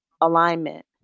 alignment